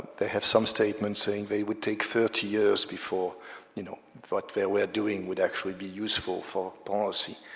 they have some statement saying they would take thirty years before you know what they were doing would actually be useful for policy.